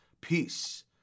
Peace